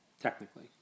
Technically